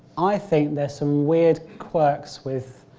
i think there's some weird quirks with